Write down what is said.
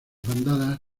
bandadas